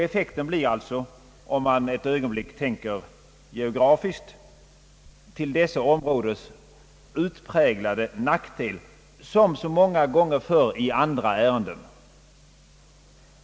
Effekten blir alltså, om man ett ögonblick tänker geografiskt, till dessa områdens utpräglade nackdel som så många gånger förr i andra avseenden.